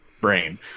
brain